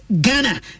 Ghana